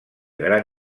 gran